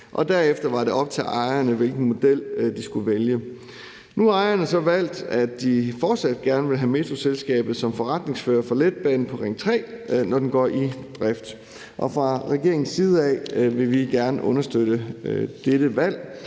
Derefter var det op til ejerne, hvilken model de skulle vælges. Nu har ejerne så valgt, at de fortsat gerne vil have Metroselskabet som forretningsfører for letbanen på Ring 3. Fra regeringens side vil vi gerne understøtte dette valg,